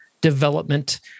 Development